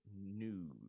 nude